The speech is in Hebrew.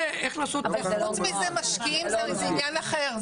--- קודם כל משקיעים זה עניין אחר,